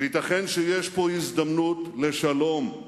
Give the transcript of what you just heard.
וייתכן שיש פה הזדמנות לשלום.